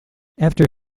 after